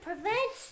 Prevent